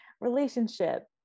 relationship